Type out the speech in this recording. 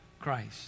Christ